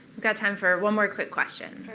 got time for one more quick question.